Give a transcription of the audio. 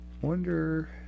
wonder